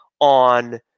on